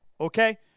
Okay